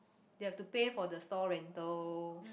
you have to pay for the store rental